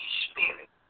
spirit